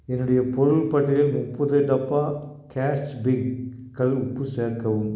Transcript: என்னுடைய பொருள் பட்டியலில் முப்பது டப்பா கேட்ச் பிங்க் கல் உப்பு சேர்க்கவும்